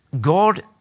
God